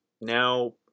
now